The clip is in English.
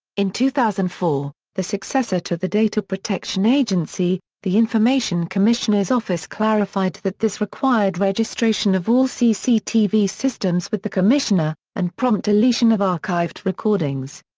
in two thousand and four, the successor to the data protection agency, the information commissioner's office clarified that this required registration of all cctv systems with the commissioner, and prompt deletion of archived recordings.